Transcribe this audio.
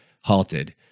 halted